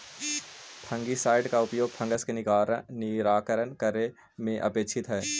fungicide के उपयोग fungus के निराकरण करे में अपेक्षित हई